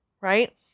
right